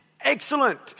excellent